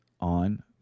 on